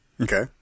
okay